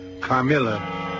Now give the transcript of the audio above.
Carmilla